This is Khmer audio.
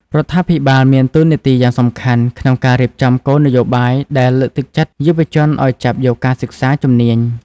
រដ្ឋាភិបាលមានតួនាទីយ៉ាងសំខាន់ក្នុងការរៀបចំគោលនយោបាយដែលលើកទឹកចិត្តយុវជនឱ្យចាប់យកការសិក្សាជំនាញ។